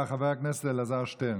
חבר הכנסת אלעזר שטרן.